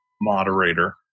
moderator